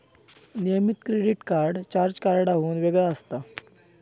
नियमित credit card charge कार्डाहुन वेगळा असता